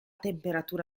temperatura